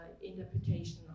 interpretation